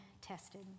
tested